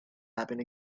happen